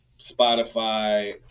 Spotify